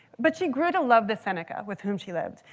but she grew to love the seneca with whom she lived.